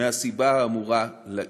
מהסיבה האמורה לעיל.